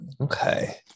Okay